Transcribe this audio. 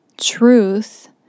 truth